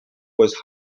was